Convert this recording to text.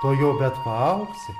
tuojau bet paaugsi